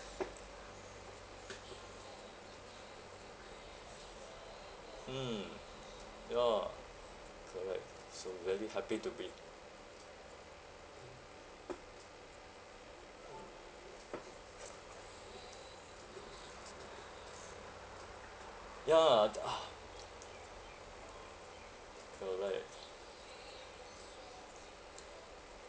mm ya correct so very happy to be ya the ah correct